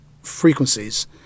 frequencies